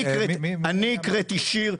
אני הקראתי שיר,